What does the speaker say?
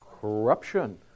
Corruption